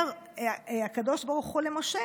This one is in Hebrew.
אומר הקדוש ברוך הוא למשה,